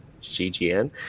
CGN